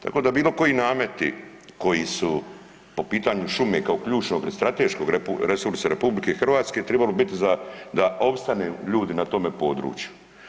Tako da bilo koji nameti koji su po pitanju šume kao ključnog i strateškog resursa RH trebalo biti da opstanu ljudi na tome području.